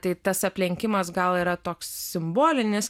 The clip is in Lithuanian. tai tas aplenkimas gal yra toks simbolinis